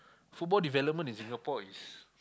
football development in Singapore is